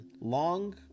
Long